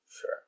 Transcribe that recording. Sure